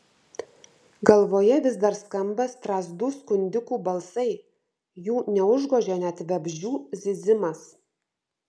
galvoje vis dar skamba strazdų skundikų balsai jų neužgožia net vabzdžių zyzimas